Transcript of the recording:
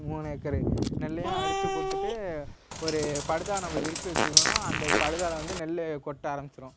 மூணு ஏக்கர் நெல்லையும் அடித்து கொடுத்துட்டு ஒரு படுதா நம்ம விரித்து வச்சுக்குறோன்னா அந்த படுதாவில் வந்து நெல் கொட்ட ஆரமிச்சுரும்